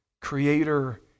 Creator